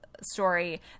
story